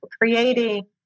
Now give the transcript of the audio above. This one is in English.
creating